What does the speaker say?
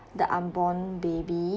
the unborn baby